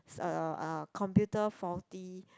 um computer faulty